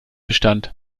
bestand